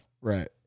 right